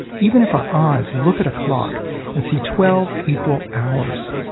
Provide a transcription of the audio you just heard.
even if our eyes look at a clock and see twelve equal hours,